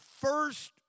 first